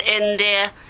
India